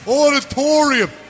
auditorium